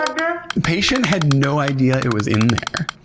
ah god. patient had no idea it was in there.